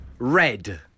Red